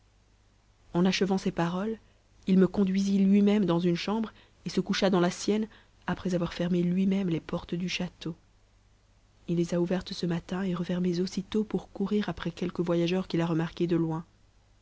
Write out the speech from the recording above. en achevant ces paroles il me conduisit lui-même dans une chambre et se coucha dans la sienne après avoir fermé lui-même les portes du château il les a ouvertes ce matin et refermées aussitôt pour courir après quelques voyageurs qn'il a remarqués de loin